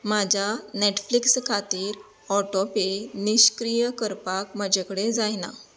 म्हज्या नॅटफ्लिक्स खातीर ऑटोपे निश्क्रीय करपाक म्हजे कडेन जायना